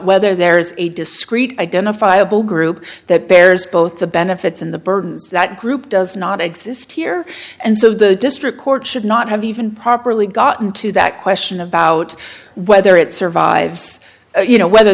whether there is a discrete identifiable group that bears both the benefits and the burdens that group does not exist here and so the district court should not have even properly gotten to that question about whether it survives you know whether